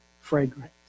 fragrant